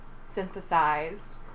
synthesized